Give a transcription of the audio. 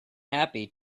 happy